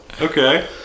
Okay